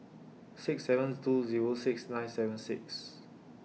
six sevens two Zero six nine seven six